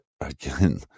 again